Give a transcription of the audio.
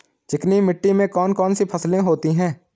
चिकनी मिट्टी में कौन कौन सी फसलें होती हैं?